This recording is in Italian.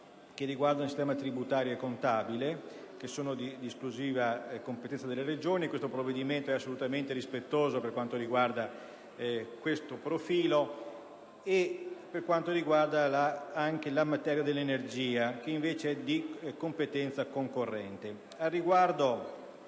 che riguardano il sistema tributario e contabile, che sono di esclusiva competenza delle Regioni (questo provvedimento è assolutamente rispettoso per quanto riguarda questo profilo) e anche la materia dell'energia, che invece è di competenza concorrente.